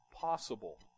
possible